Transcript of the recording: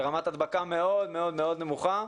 רמת הדבקה מאוד מאוד נמוכה.